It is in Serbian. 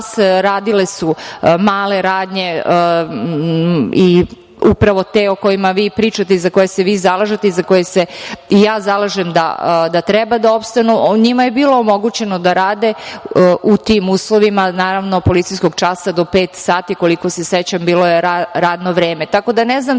radile su male radnje, upravo te o kojima vi pričate i za koje se vi zalažete i za koje se ja zalažem da treba da opstanu, njima je bilo omogućeno da rade u tim uslovima policijskog časa do pet sati, koliko se sećam, bilo je radno vreme. Tako da ne znam